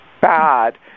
bad